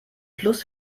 plus